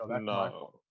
No